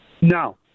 No